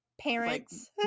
parents